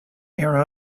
era